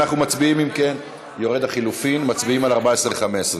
אם כן, אנחנו מצביעים על 14 ו-15.